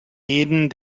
jeden